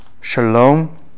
Shalom